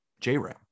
J-Ram